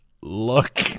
Look